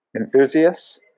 enthusiasts